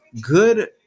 good